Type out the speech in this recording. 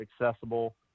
accessible